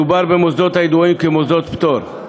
מדובר במוסדות הידועים כמוסדות פטור.